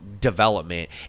development